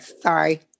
Sorry